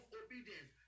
obedience